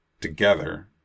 together